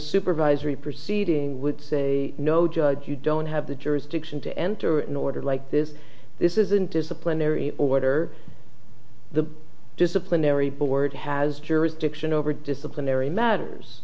supervisory proceeding would say no judge you don't have the jurisdiction to enter in order like this this isn't disciplinary order the disciplinary board has jurisdiction over disciplinary matters